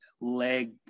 leg